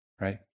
right